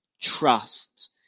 trust